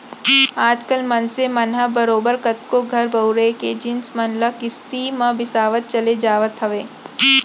आज कल मनसे मन ह बरोबर कतको घर बउरे के जिनिस मन ल किस्ती म बिसावत चले जावत हवय